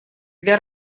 для